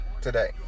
today